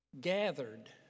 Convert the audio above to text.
gathered